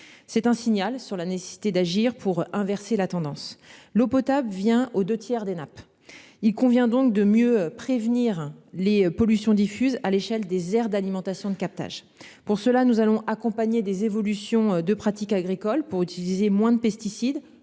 C'est un signal sur la nécessité d'agir pour inverser la tendance. L'eau potable vient au 2 tiers des nappes. Il convient donc de mieux prévenir les pollutions diffuses, à l'échelle des aires d'alimentation de captage. Pour cela, nous allons accompagner des évolutions de pratiques agricoles, pour utiliser moins de pesticides,